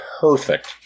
perfect